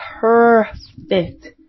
perfect